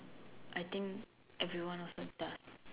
I think everyone of them does